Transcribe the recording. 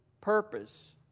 purpose